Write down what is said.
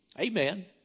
Amen